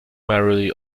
merrily